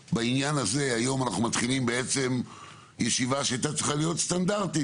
היום אנחנו מתחילים בעצם ישיבה שהייתה צריכה להיות סטנדרטית,